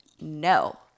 no